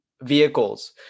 vehicles